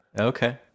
Okay